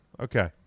okay